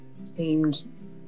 seemed